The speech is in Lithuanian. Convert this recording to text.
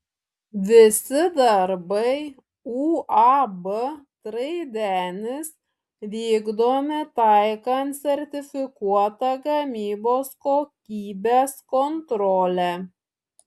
visi darbai uab traidenis vykdomi taikant sertifikuotą gamybos kokybės kontrolę